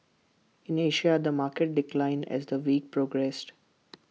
in Asia the market declined as the week progressed